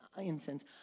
incense